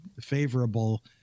favorable